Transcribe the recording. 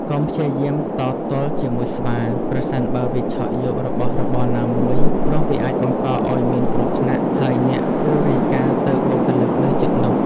កុំព្យាយាមតទល់ជាមួយស្វា ប្រសិនបើវាឆក់យករបស់របរណាមួយ ព្រោះវាអាចបង្កឱ្យមានគ្រោះថ្នាក់ ហើយអ្នកគួររាយការណ៍ទៅបុគ្គលិកនៅជិតនោះ។